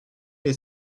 les